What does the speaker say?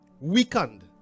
weakened